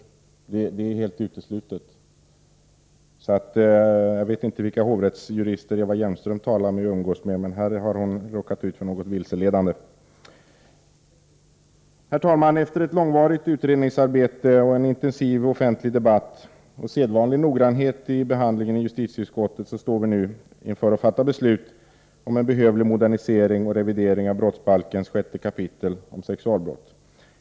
Det är helt uteslutet. Jag vet inte vilka hovrättsjurister Eva Hjelmström umgås med, men här har hon råkat ut för något vilseledande. Herr talman! Efter ett långvarigt utredningsarbete och en intensiv offentlig debatt och sedvanlig noggrannhet i behandlingen i justitieutskottet står vi nu inför att fatta beslut om en behövlig modernisering och revidering av 6 kap. brottsbalken om sexualbrott.